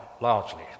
largely